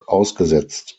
ausgesetzt